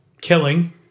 killing